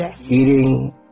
eating